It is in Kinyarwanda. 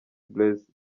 blaise